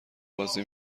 بازی